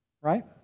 right